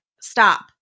stop